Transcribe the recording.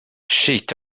skit